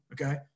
Okay